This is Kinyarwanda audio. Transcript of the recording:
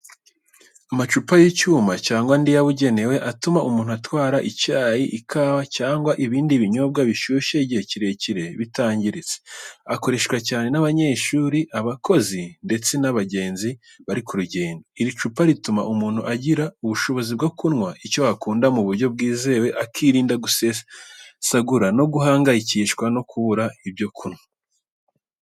Amacupa y’icyuma cyangwa andi yabugenewe atuma umuntu atwara icyayi, ikawa cyangwa ibindi binyobwa bishyushye igihe kirekire bitangiritse. Akoreshwa cyane n’abanyeshuri, abakozi, ndetse n’abagenzi bari ku rugendo. Iri cupa rituma umuntu agira ubushobozi bwo kunywa icyo akunda mu buryo bwizewe, akirinda gusesagura no guhangayikishwa no kubura ibyo kunywa.